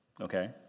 okay